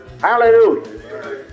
Hallelujah